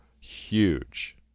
huge